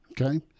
Okay